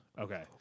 Okay